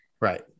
Right